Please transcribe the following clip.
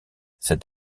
cet